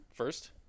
First